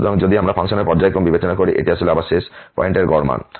সুতরাং যদি আমরা ফাংশনের পর্যায়ক্রম বিবেচনা করি এটি আসলে আবার শেষ পয়েন্টের গড় মান